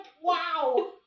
wow